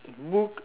book